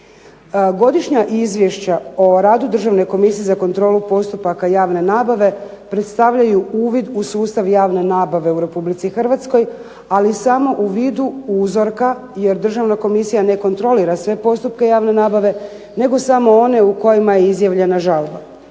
Godišnja izvješća o radu Državne komisije za kontrolu postupaka javne nabave predstavljaju uvid u sustav javne nabave u RH, ali samo u vidu uzorka jer Državna komisija ne kontrolira sve postupke javne nabave nego samo one u kojima je izjavljena žalba.